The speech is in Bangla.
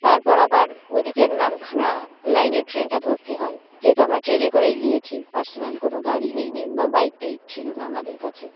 তারপর আবার ওদিকে নামখানা লাইনে ট্রেনটা ধরতে হয় যেহেতু আমরা ট্রেনে করেই গিয়েছি পার্সোনাল কোনো গাড়ি নিইনি বা বাইক টাইক ছিল না আমাদের কাছে